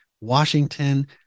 Washington